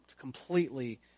completely